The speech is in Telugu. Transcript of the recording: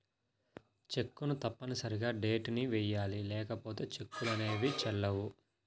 చెక్కును తప్పనిసరిగా డేట్ ని వెయ్యాలి లేకపోతే చెక్కులు అనేవి చెల్లవు